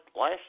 last